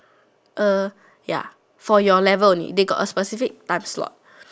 uh ya for your level only they got a specific time slot